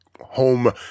home